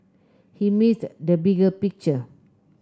he missed the bigger picture